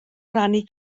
rannu